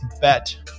bet